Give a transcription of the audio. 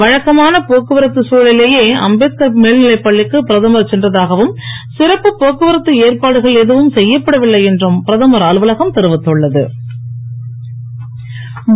வழக்கமான போக்குவரத்து தழலிலேயே அம்பேத்கார் மேல்நிலைப் பள்ளிக்கு பிரதமர்சென்றதாகவும் சிறப்புப் போக்குவரத்து ஏற்பாடுகள் எதுவும் செய்யப்படவில்லை என்றும் பிரதமர் அலுவலகம் தெரிவித்துள்ள து